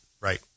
Right